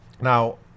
now